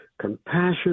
compassion